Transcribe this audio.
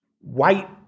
white